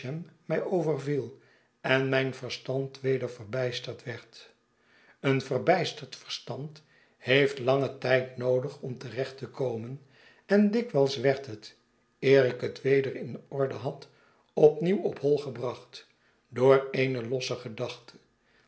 mij overviei en mijn verstand weder verbijsterd werd een verbijsterd verstand heeft langen tijd noodig om terecht te komen en dikwijls werd het eer ik het weder in orde had opnieuw op hoi gebracht door eene losse gedachte